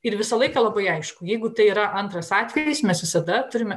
ir visą laiką labai aišku jeigu tai yra antras atvejis mes visada turime